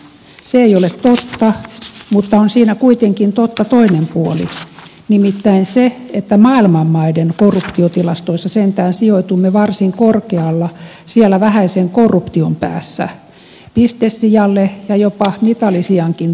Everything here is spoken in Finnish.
se ei ole totta mutta on siinä kuitenkin totta toinen puoli nimittäin se että maailman maiden korruptiotilastoissa sentään sijoitumme varsin korkealle siellä vähäisen korruption päässä pistesijalle ja jopa mitalisijankin tuntumaan